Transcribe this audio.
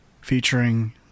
featuring